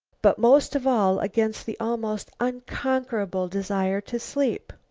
but most of all against the almost unconquerable desire to sleep.